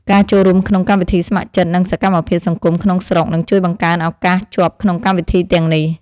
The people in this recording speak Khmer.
ការចូលរួមក្នុងកម្មវិធីស្ម័គ្រចិត្តនិងសកម្មភាពសង្គមក្នុងស្រុកនឹងជួយបង្កើនឱកាសជាប់ក្នុងកម្មវិធីទាំងនេះ។